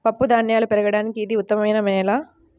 పప్పుధాన్యాలు పెరగడానికి ఇది ఉత్తమమైన నేల